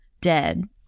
dead